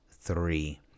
three